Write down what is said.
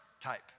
type